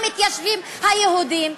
מתיישבים היהודים,